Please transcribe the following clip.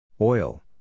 Oil